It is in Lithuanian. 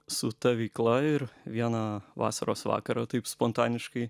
su ta veikla ir vieną vasaros vakarą taip spontaniškai